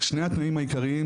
שני תנאים העיקריים